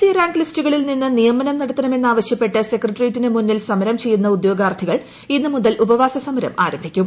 C rank ലിസ്റ്റുകളിൽ നിന്ന് നിയമനം നടത്തണമെന്നാ വശ്യപ്പെട്ട് സെക്രട്ടറിയേറ്റിന് മുന്നിൽ സമരം ചെയ്യുന്ന ഉദ്യോഗാർത്ഥികൾ ഇന്നുമുതൽ ഉപവാസ സമരം ആരംഭിക്കും